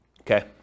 Okay